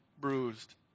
bruised